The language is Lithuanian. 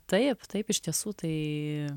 taip taip iš tiesų tai